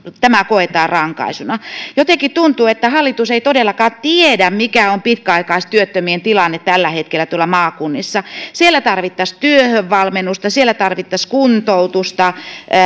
tämä koetaan rankaisuna jotenkin tuntuu että hallitus ei todellakaan tiedä mikä on pitkäaikaistyöttömien tilanne tällä hetkellä tuolla maakunnissa siellä tarvittaisiin työhönvalmennusta siellä tarvittaisiin kuntoutusta